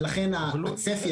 לכן הצפי,